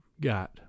got